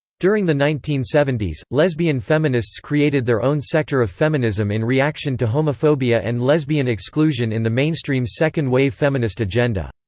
during the nineteen seventy s, lesbian feminists created their own sector of feminism in reaction to homophobia and lesbian exclusion in the mainstream second-wave feminist agenda.